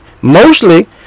mostly